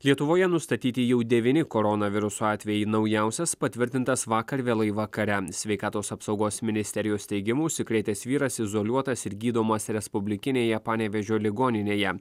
lietuvoje nustatyti jau devyni koronaviruso atvejai naujausias patvirtintas vakar vėlai vakare sveikatos apsaugos ministerijos teigimu užsikrėtęs vyras izoliuotas ir gydomas respublikinėje panevėžio ligoninėje